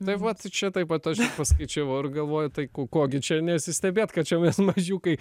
tai vat čia taip pat aš ir pasakyčiau ir galvoju tai ko gi čia nesistebėt kad čia mes mažiukai